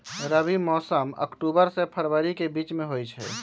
रबी मौसम अक्टूबर से फ़रवरी के बीच में होई छई